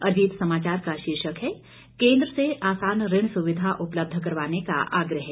अजीत समाचार का शीर्षक है केंद्र से आसान ऋण सुविधा उपलब्ध करवाने का आग्रह